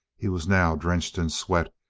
he was now drenched in sweat,